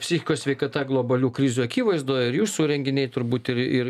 psichikos sveikata globalių krizių akivaizdoj ir jūsų renginiai turbūt ir ir